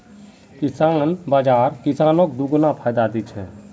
किसान बाज़ार किसानक दोगुना फायदा दी छे